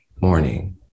morning